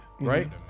Right